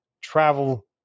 travel